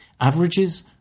Averages